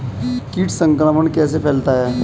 कीट संक्रमण कैसे फैलता है?